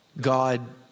God